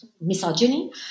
misogyny